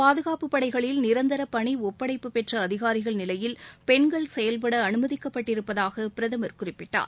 பாதுகாப்புப்படைகளில் நிரந்தர பணி ஒப்படைப்பு பெற்ற அதிகாரிகள் நிலையில் பெண்கள் செயல்பட அனுமதிக்கப்பட்டிருப்பதாக பிரதமர் குறிப்பிட்டார்